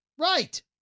Right